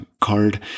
card